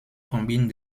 combine